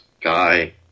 guy